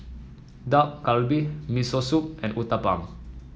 Dak Galbi Miso Soup and Uthapam